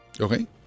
Okay